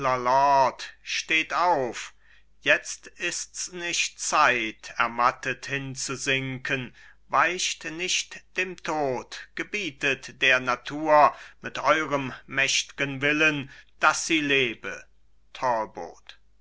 steht auf jetzt ists nicht zeit ermattet hinzusinken weicht nicht dem tod gebietet der natur mit eurem mächtgen willen daß sie lebe